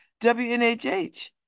WNHH